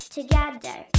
together